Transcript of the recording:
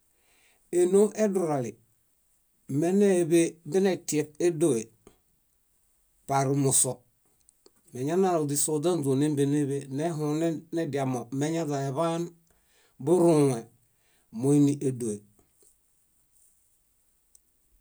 Énoo edurali, méneḃe menetiṗ édoe par muso. Meñanalo źiso źánźuon némbeneḃe, nehũ nediamo. Meñadiaeḃaan burũẽ, móiniedoe.